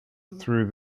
through